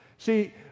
See